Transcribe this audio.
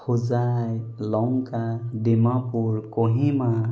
Hojai Lanka Dimapur Kohima